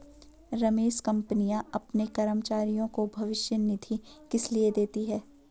रमेश कंपनियां अपने कर्मचारियों को भविष्य निधि किसलिए देती हैं?